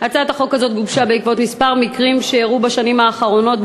הצעת החוק הזאת גובשה בעקבות מקרים שאירעו בשנים האחרונות,